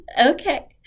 Okay